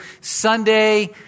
Sunday